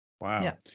Wow